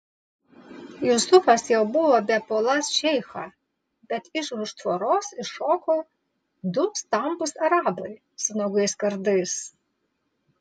jusufas jau buvo bepuoląs šeichą bet iš už tvoros iššoko du stambūs arabai su nuogais kardais